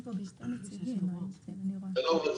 שלום.